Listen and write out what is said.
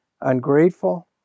ungrateful